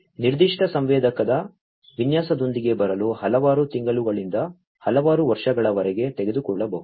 ನಿರ್ದಿಷ್ಟ ಸಂವೇದಕದ ವಿನ್ಯಾಸದೊಂದಿಗೆ ಬರಲು ಹಲವಾರು ತಿಂಗಳುಗಳಿಂದ ಹಲವಾರು ವರ್ಷಗಳವರೆಗೆ ತೆಗೆದುಕೊಳ್ಳಬಹುದು